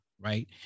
right